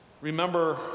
Remember